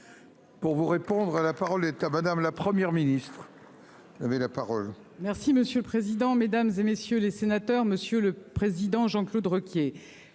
Pour vous répondre à la parole est à madame la Première ministre.